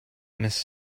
mrs